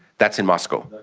that's in moscow.